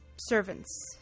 servants